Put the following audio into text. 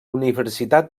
universitat